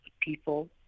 people